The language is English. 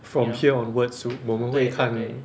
from here onwards 我们会看